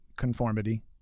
Conformity